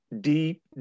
deep